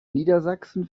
niedersachsen